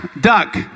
duck